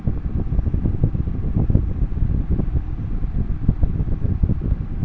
যার bank account নাই সেই লোক কে ও কি টাকা দিবার পামু?